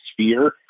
sphere